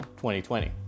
2020